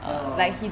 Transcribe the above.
ya lor